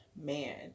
man